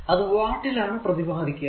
അത് വാട്ട് ൽ ആണ് പ്രതിപാദിക്കുക